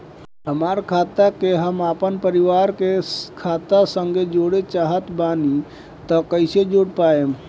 हमार खाता के हम अपना परिवार के खाता संगे जोड़े चाहत बानी त कईसे जोड़ पाएम?